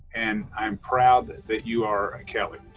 and i'm proud that you are a kelley!